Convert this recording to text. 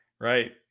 Right